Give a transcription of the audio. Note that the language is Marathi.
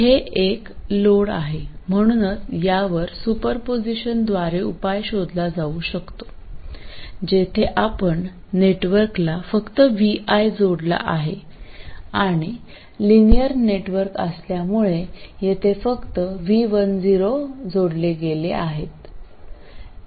हे एक लोड आहे म्हणूनच यावर सुपरपोजिशनद्वारे उपाय शोधला जाऊ शकतो जिथे आपण नेटवर्कला फक्त vi जोडला आहे आणि लिनियर नेटवर्क असल्यामुळे येथे फक्त v10 जोडले गेले आहे